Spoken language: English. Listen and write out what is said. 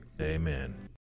Amen